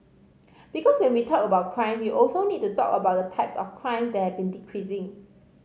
because when we talk about crime we also need to talk about the types of crimes that have been decreasing